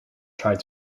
tried